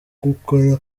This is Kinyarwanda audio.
gukora